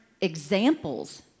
examples